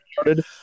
started